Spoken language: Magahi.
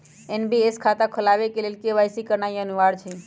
एन.पी.एस खता खोलबाबे के लेल के.वाई.सी करनाइ अनिवार्ज हइ